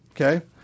okay